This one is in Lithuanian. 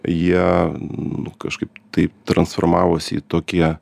jie nu kažkaip taip transformavosi į tokią